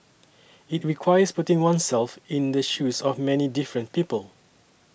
it requires putting oneself in the shoes of many different people